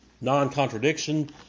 non-contradiction